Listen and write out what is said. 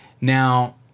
Now